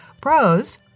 Pros